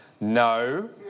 No